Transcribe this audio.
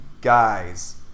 guys